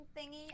thingy